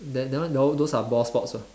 that that one those those are ball sports [what]